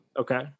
Okay